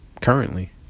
currently